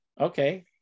okay